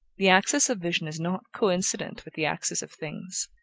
the axis of vision is not coincident with the axis of things,